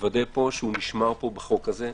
לוודא שנשמר בחוק הזה.